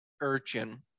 urchin